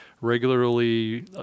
regularly